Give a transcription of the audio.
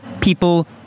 People